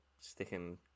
sticking